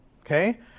Okay